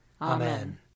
Amen